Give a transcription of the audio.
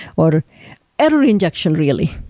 or error injection really.